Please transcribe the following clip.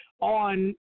on